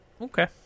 okay